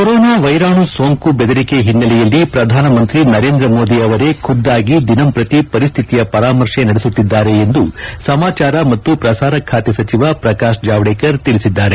corona ವೈರಾಣು ಸೋಂಕು ಬೆದರಿಕೆ ಹಿನ್ನೆಲೆಯಲ್ಲಿ ಪ್ರಧಾನಮಂತ್ರಿ ನರೇಂದ್ರ ಮೋದಿ ಅವರೇ ಖುದ್ದಾಗಿ ದಿನಂಪ್ರತಿ ಪರಿಸ್ಥಿತಿಯ ಪರಾಮರ್ಶೆ ನಡೆಸುತ್ತಿದ್ದಾರೆ ಎಂದು ಸಮಾಚಾರ ಮತ್ತು ಪ್ರಸಾರ ಖಾತೆಯ ಸಚಿವ ಪ್ರಕಾಶ್ ಜಾವಡೇಕರ್ ತಿಳಿಸಿದ್ದಾರೆ